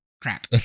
Crap